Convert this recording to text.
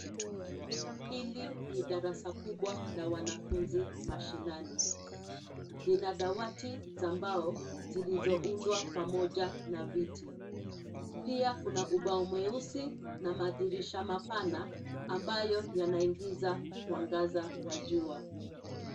Hili ni darasa kubwa la wanafunzi mashinani. Lina dawati za mbao zilizoundwa pamoja na viti. Pia kuna ubao mweusi na madirisha mapana ambayo yanaingiza mwangaza wa jua.